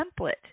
template